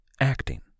acting